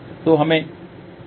तो हमें क्या जानना चाहिए